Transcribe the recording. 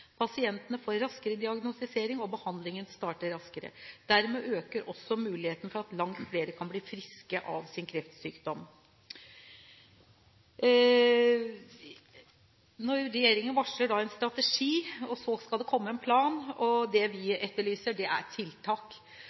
Pasientene får raskere diagnostisering, og behandlingen starter raskere. Dermed øker også muligheten for at langt flere kan bli friske av sin kreftsykdom. Regjeringen varsler en strategi og at det skal komme en plan, men det vi etterlyser, er tiltak.